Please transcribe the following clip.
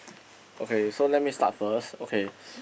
okay so let me start first okay